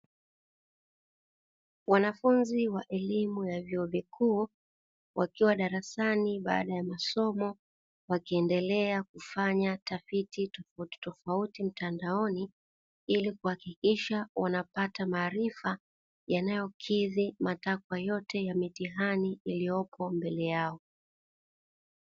Wanafunzi wa elimu ya vyuo kikuu wakiwa darasani baada ya masomo wakiendelea kufanya tafiti tofautitofauti mtandaoni, ili kuhakikisha wanapata maarifa yanayokidhi matakwa yote ya mitihani uliyopo mbeleni yao.